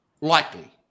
likely